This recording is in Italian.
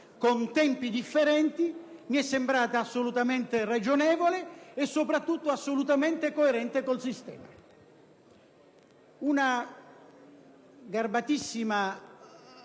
con tempi differenti mi è sembrata assolutamente ragionevole e soprattutto assolutamente coerente con il sistema. Una garbatissima